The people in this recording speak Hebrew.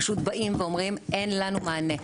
פשוט באים ואומרים: אין לנו מענה.